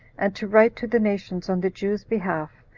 and to write to the nations, on the jews' behalf,